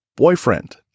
Boyfriend